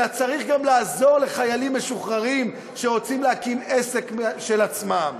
אלא צריך גם לעזור לחיילים משוחררים שרוצים להקים עסק משל עצמם.